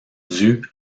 dus